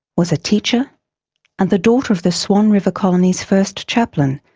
was a teacher and the daughter of the swan river colony's first chaplain,